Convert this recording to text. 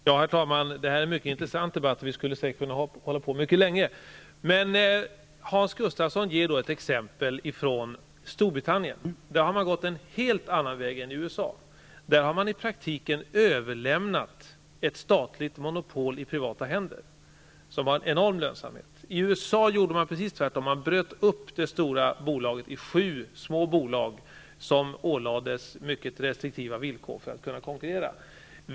Herr talman! Den här debatten är mycket intressant. Vi skulle säkert kunna hålla på mycket länge med den. Hans Gustafsson ger ett exempel på hur det är i Storbritannien. Där har man gått en helt annan väg än som varit fallet i USA. Man har i praktiken i privata händer överlämnat ett statligt monopol som har en enorm lönsamhet. I USA har man gjort precis tvärtom. Där har man delat upp det stora bolaget i sju små bolag, som ålagts mycket restriktiva villkor för att kunna konkurrera.